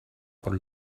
por